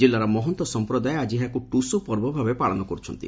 କିଲ୍ଲାର ମହନ୍ତ ସଂପ୍ରଦାୟ ଆକି ଏହାକୁ ଟୁସୁ ପର୍ବ ଭାବେ ପାଳନ କରୁଛନ୍ତି